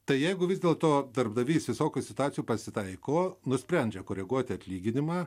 tai jeigu vis dėl to darbdavys visokių situacijų pasitaiko nusprendžia koreguoti atlyginimą